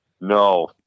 no